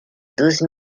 douze